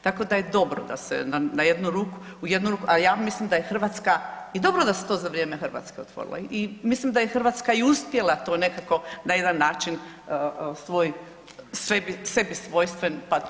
Tako da je dobro da se na jednu ruku, u jednu ruku, a ja mislim da je Hrvatska i dobro da se to za vrijeme Hrvatske otvorilo i mislim da je Hrvatska i uspjela to nekako na jedan način svoj sebi svojstven pa to i objasniti.